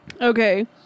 Okay